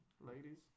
Ladies